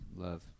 love